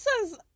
says